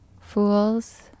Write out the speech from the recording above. Fools